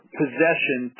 possession